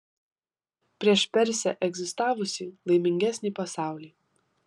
prieš persę egzistavusį laimingesnį pasaulį